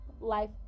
life